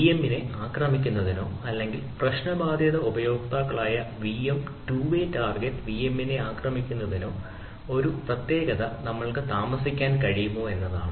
വിഎമ്മിനെ ആക്രമിക്കുന്നതിനോ അല്ലെങ്കിൽ പ്രശ്നബാധിത ഉപയോക്താക്കളായ വിഎം ടു വേ ടാർഗെറ്റ് വിഎമ്മിനെ ആക്രമിക്കുന്നതിനോ ഒരു പ്രത്യേകത നമ്മൾക്ക് താമസിക്കാൻ കഴിയുമോ എന്നതാണ്